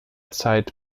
zeit